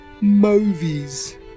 Movies